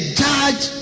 judge